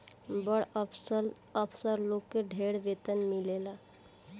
बड़ अफसर लोग के ढेर वेतन भी मिलेला